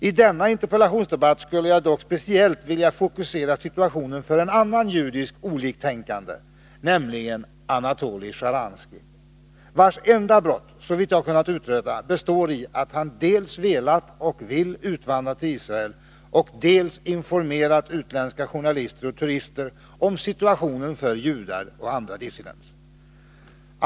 I dagens interpellationsdebatt skulle jag dock speciellt vilja fokusera situationen för en annan judisk oliktänkande, nämligen Anatoly Shcharansky, vars enda brott — såvitt jag kunnat utröna — består i att han dels velat och vill utvandra till Israel, dels informerat utländska journalister och turister om situationen för judar och andra dissidenter.